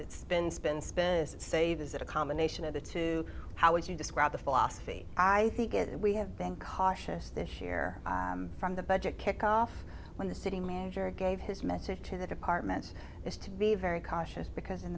this is it a combination of the two how would you describe the philosophy i think is we have been cautious this year from the budget kickoff when the city manager gave his message to the departments is to be very cautious because in